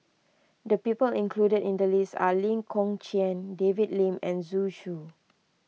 the people included in the list are Lee Kong Chian David Lim and Zhu Xu